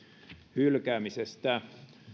hylkäämisestä